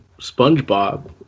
SpongeBob